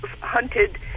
hunted